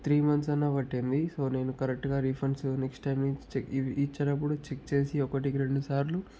three months అన్నా పట్టింది so నేను కరెక్టుగా రీఫండ్సు నెక్స్ట్ టైం నుంచి ఇ ఇచ్చేటప్పుడు చెక్ చేసి ఒకటికి రెండు సార్లు